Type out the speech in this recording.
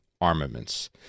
armaments